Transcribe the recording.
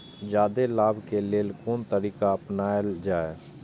जादे लाभ के लेल कोन तरीका अपनायल जाय?